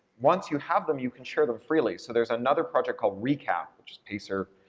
once you have them, you can share them freely, so there's another project called recap, which is pacer